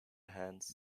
hands